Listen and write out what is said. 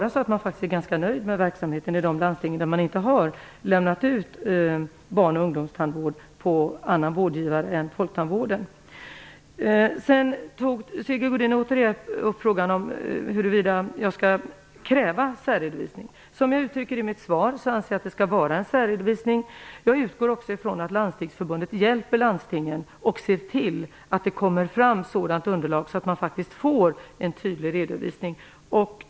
Man kan ju faktiskt vara ganska nöjd med verksamheten i de landsting där barn och ungdomstandvården inte har lämnats ut till annan vårdgivare än Folktandvården. Sigge Godin frågade återigen om jag skall kräva en särredovisning. Som jag uttrycker i mitt svar anser jag att det skall vara en särredovisning. Vidare utgår jag från att Landstingsförbundet hjälper landstingen och ser till att ett sådant underlag kommer fram att man faktiskt får en tydlig redovisning.